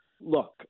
Look